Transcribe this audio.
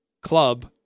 club